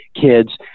kids